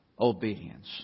obedience